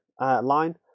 line